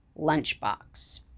lunchbox